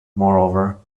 moreover